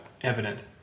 evident